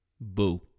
Boo